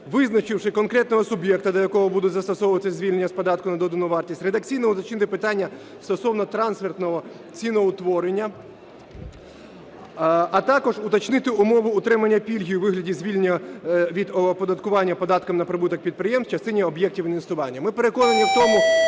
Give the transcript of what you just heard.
визначивши конкретного суб'єкта, до якого будуть застосовуватися звільнення з податку на додану вартість, редакційно уточнити питання стосовно трансфертного ціноутворення, а також уточнити умови отримання пільги у вигляді звільнення від оподаткування податком на прибуток підприємств в частині об'єктів інвестування. Ми переконані в тому,